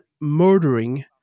murdering